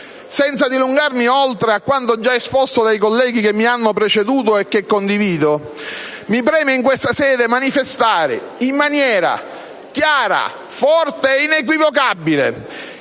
Senza dilungarmi oltre su quanto già esposto dai colleghi che mi hanno preceduto - e che condivido - mi preme in questa sede manifestare in maniera chiara, forte ed inequivocabile